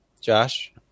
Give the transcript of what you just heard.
Josh